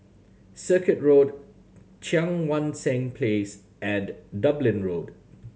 Circuit Road Cheang Wan Seng Place and Dublin Road